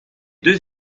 deux